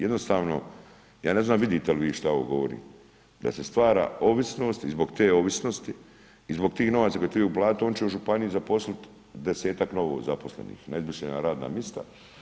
Jednostavno ja ne znam vidite li vi šta ovo govorim, da se stvara ovisnost i zbog te ovisnosti i zbog tih novaca koje trebaju uplatiti on će u županiji zaposliti 10-ak novozaposlenih na izmišljena radna mjesta.